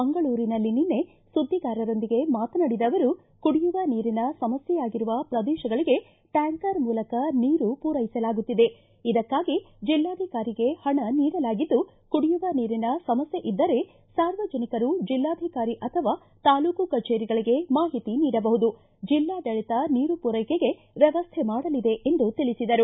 ಮಂಗಳೂರಿನಲ್ಲಿ ನಿನ್ನೆ ಸುದ್ಲಿಗಾರರೊಂದಿಗೆ ಮಾತನಾಡಿದ ಅವರು ಕುಡಿಯುವ ನೀರಿನ ಸಮಸ್ಲೆಯಾಗಿರುವ ಪ್ರದೇಶಗಳಿಗೆ ಟ್ಲಾಂಕರ್ ಮೂಲಕ ನೀರು ಪೂರೈಸಲಾಗುತ್ತಿದೆ ಇದಕ್ಕಾಗಿ ಜಿಲ್ಲಾಧಿಕಾರಿಗೆ ಹಣ ನೀಡಲಾಗಿದ್ದು ಕುಡಿಯುವ ನೀರಿನ ಸಮಸ್ಟೆ ಇದ್ದರೆ ಸಾರ್ವಜನಿಕರು ಜಿಲ್ಲಾಧಿಕಾರಿ ಅಥವಾ ತಾಲೂಕು ಕಚೇರಿಗಳಿಗೆ ಮಾಹಿತಿ ನೀಡಬಹುದು ಜಿಲ್ಲಾಡಳಿತ ನೀರು ಪೂರೈಕೆಗೆ ವ್ಣವಸ್ಥೆ ಮಾಡಲಿದೆ ಎಂದು ತಿಳಿಸಿದರು